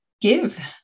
give